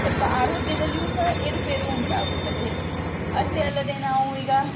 ಸ್ವಲ್ಪ ಆರೋಗ್ಯದಲ್ಲಿಯೂ ಸಹ ಏರುಪೇರು ಉಂಟಾಗುತ್ತದೆ ಅಷ್ಟೇ ಅಲ್ಲದೆ ನಾವು ಈಗ